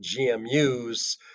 GMUs